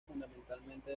fundamentalmente